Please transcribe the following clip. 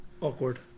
awkward